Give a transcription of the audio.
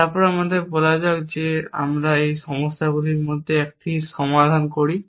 তারপর আমাদের বলা যাক যে আমরা এই সমস্যাগুলির মধ্যে একটির সমাধান করি